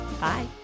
Bye